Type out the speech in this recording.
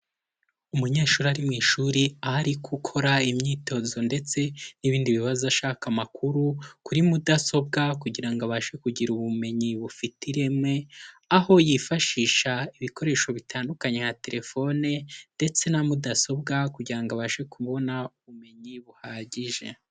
Umunyeshuri ari mu ishuri, aho ari gukora imyitozo ndetse n'ibindi bibazo ashaka amakuru kuri mudasobwa kugira ngo abashe kugira ubumenyi bufite ireme, aho yifashisha ibikoresho bitandukanye nka terefone ndetse na mudasobwa kugira abashe kubona ubumenyi buhagije.